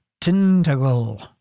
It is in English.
Tintagel